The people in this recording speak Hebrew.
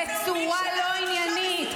בצורה לא עניינית.